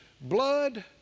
blood